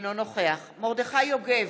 אינו נוכח מרדכי יוגב,